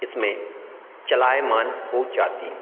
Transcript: इसमें चलाए मान हो जाती हैं